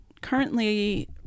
currently